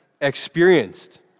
experienced